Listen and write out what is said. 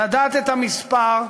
לדעת את המספר,